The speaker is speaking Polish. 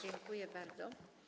Dziękuję bardzo.